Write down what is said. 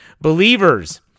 Believers